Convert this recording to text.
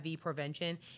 prevention